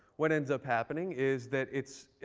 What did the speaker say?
what ends up happening is that it's,